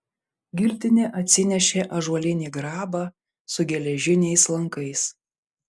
giltinė atnešė ąžuolinį grabą su geležiniais lankais